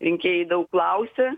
rinkėjai daug klausia